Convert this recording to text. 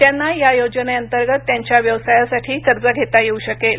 त्यांना या योजनेअंतर्गत त्यांच्या व्यवसायासाठी कर्ज घेता येऊ शकेल